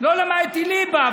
לא למדתי ליבה,